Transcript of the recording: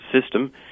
system